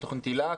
לתוכנית היל"ה,